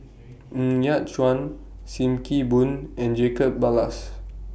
Ng Yat Chuan SIM Kee Boon and Jacob Ballas